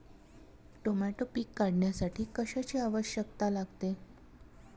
Tomato पीक काढण्यासाठी कशाची आवश्यकता लागते?